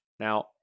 Now